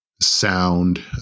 sound